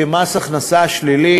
מס הכנסה שלילי,